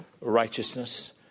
righteousness